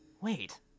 Wait